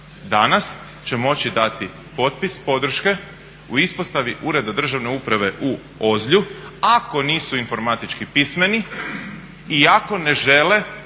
Danas će moći dati potpis podrške u ispostavi ureda državne uprave u Ozlju, ako nisu informatički pismeni i ako ne žele